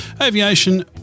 aviation